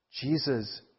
Jesus